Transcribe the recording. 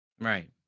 right